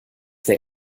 der